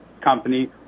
company